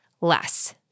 less